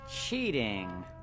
Cheating